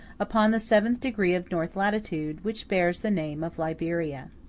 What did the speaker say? upon the seventh degree of north latitude, which bears the name of liberia.